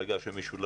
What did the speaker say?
ברגע שהם משולבים,